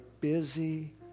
busy